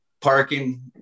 parking